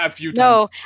no